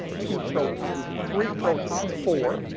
two protons. three protons. four.